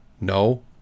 No